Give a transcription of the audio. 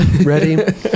ready